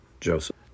Joseph